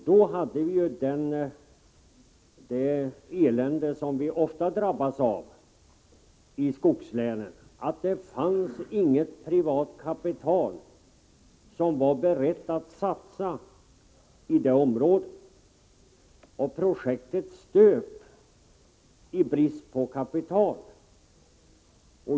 Då hade vi det elände som vi ofta drabbas avi skogslänen, nämligen att det inte fanns något privat kapital som man var beredd att satsa i det området. Projektet stöp i brist på kapital.